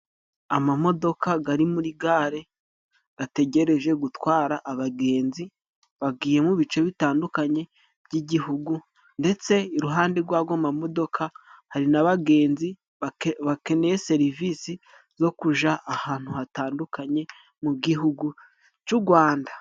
Amamodoka gari muri gare gategereje gutwara abagenzi bagiye mu bice bitandukanye by'igihugu, ndetse iruhande rw'ago mamodoka hari n'abagenzi bakeneye serivisi zo kuja ahantu hatandukanye mu gihugu c'u Rrwanda.